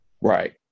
Right